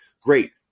Great